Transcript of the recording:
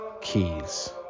keys